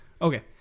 Okay